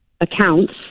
accounts